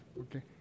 Okay